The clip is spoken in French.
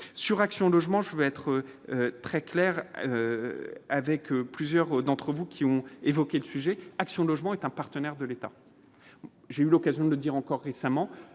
sur Action Logement je vais être très clair avec plusieurs d'entre vous qui ont évoqué le sujet action logement est un partenaire de l'État, j'ai eu l'occasion de dire encore récemment